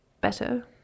better